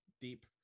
deep